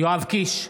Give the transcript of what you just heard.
יואב קיש,